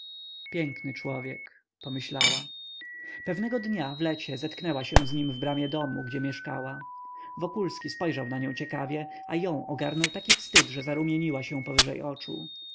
piękny człowiek pomyślała pewnego dnia w lecie zetknęła się z nim w bramie domu gdzie mieszkała wokulski spojrzał na nią ciekawie a ją ogarnął taki wstyd że zarumieniła się powyżej oczu